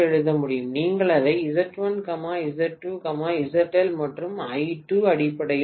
நீங்கள் அதை Z1 Z2 ZL மற்றும் I2 அடிப்படையில் எழுதலாம்